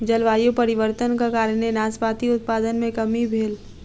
जलवायु परिवर्तनक कारणेँ नाशपाती उत्पादन मे कमी भेल